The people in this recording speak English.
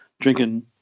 drinking